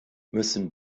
müssen